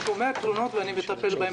אני שומע תלונות ואני מטפל בהן,